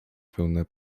pełne